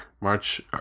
March